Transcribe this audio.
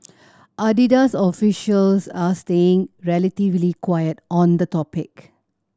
Adidas officials are staying relatively quiet on the topic